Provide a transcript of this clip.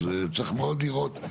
אז צריך מאוד לראות.